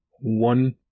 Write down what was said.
one